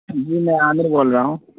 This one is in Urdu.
جی میں عامر بول رہا ہوں